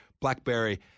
BlackBerry